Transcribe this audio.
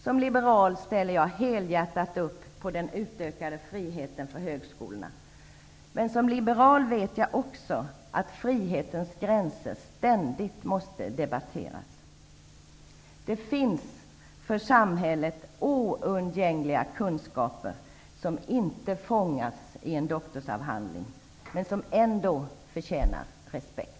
Som liberal ställer jag helhjärtat upp på den utökade friheten för högskolorna. Men som liberal vet jag också att frihetens gränser ständigt måste debatteras. Det finns för samhället oundgängliga kunskaper, som inte fångas i en doktorsavhandling, men som ändå förtjänar respekt.